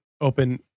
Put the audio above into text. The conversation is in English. open